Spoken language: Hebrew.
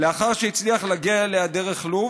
לאחר שהצליח להגיע אליה דרך לוב